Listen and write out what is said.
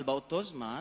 אבל באותו זמן,